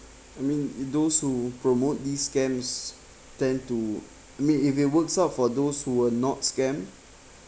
I mean those who promote these scams tend to I mean if it works out for those who were not scammed